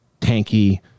tanky